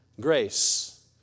Grace